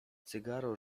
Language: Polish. cygaro